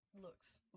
looks